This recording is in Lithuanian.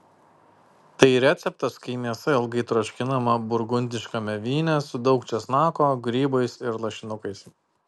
tai receptas kai mėsa ilgai troškinama burgundiškame vyne su daug česnako grybais ir lašinukais